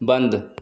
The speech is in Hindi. बंद